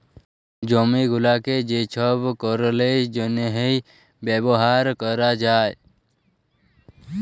জমি গুলাকে যে ছব কারলের জ্যনহে ব্যাভার ক্যরা যায়